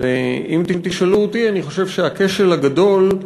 אם תשאלו אותי, אני חושב שהכשל הגדול,